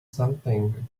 something